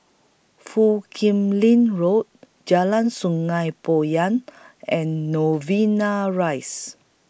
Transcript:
Foo Kim Lin Road Jalan Sungei Poyan and Novena Rise